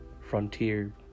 frontier